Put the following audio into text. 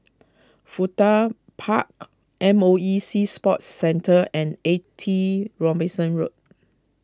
Fuda Park M O E Sea Sports Centre and eighty Robinson Road